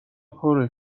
پره